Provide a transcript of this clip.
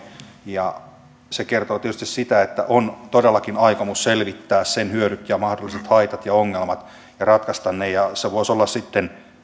ja se kertoo tietysti sen että on todellakin aikomus selvittää sen hyödyt ja mahdolliset haitat ja ongelmat ja ratkaista ne ne voisivat olla